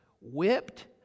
whipped